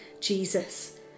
Jesus